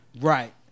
Right